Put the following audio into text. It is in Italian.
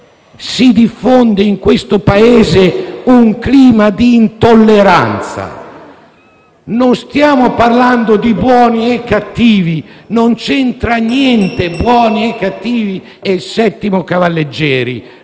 si diffonde in questo Paese un clima di intolleranza. Non stiamo parlando di buoni e cattivi; non c'entra niente la distinzione tra buoni e cattivi e il 7º cavalleggeri.